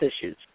issues